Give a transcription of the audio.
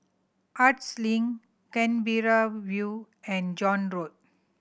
Arts Link Canberra View and John Road